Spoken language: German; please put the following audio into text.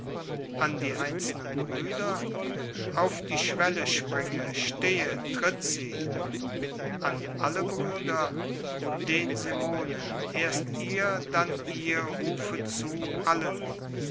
an die einzelnen auf die schwelle springe stehe tritt sie brueder an alle brueder den semonen erst ihr dann ihr rufet zu allen